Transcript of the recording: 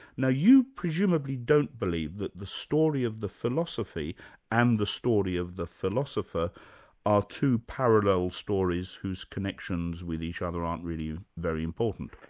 now you presumably don't believe that the story of the philosophy and the story of the philosopher are two parallel stories whose connections with each other aren't really very important.